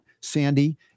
Sandy